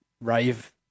rave